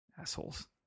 Assholes